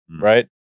right